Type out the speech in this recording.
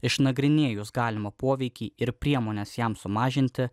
išnagrinėjus galimą poveikį ir priemones jam sumažinti